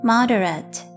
Moderate